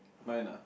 mine ah